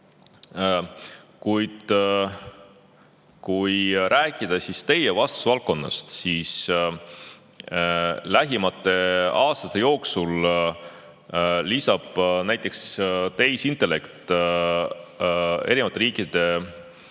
kui rääkida teie vastutusvaldkonnast, siis lähimate aastate jooksul lisab näiteks tehisintellekt erinevate riikide